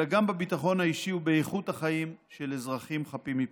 אלא גם בביטחון האישי ובאיכות החיים של אזרחים חפים מפשע.